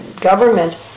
government